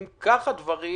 אם כך הדברים,